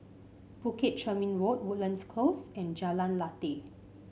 Bukit Chermin Road Woodlands Close and Jalan Lateh